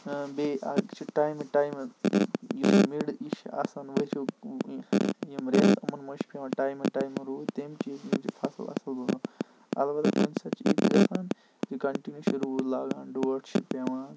بیٚیہِ چھِ ٹایمہٕ ٹایمہٕ یُس یہِ مِڈ چھُ آسان أزیُک یِم ریٚتھ یِمَن منٛز چھِ پیٚوان ٹایمہٕ ٹایمہٕ روٗد تَمہِ چیٖز نِش چھِ فَصل اَصٕل روزان اَلبَتہِ اَمہِ سٍتۍ چھُ یہِ گژھان کنٹِنیٛوٗ چھُ روٗد لاگان ڈونٛٹ چھُ پیٚوان